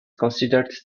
considered